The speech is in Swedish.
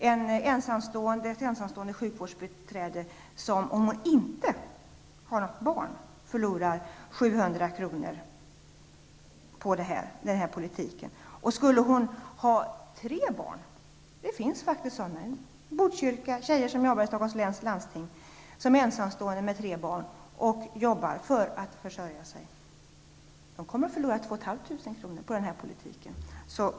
En ensamstående med tre barn -- det finns sådana t.ex. i Botkyrka som jobbar i Stockholms läns landsting -- som jobbar för att försörja sig kommer att förlora 2 500 kr. på den här politiken.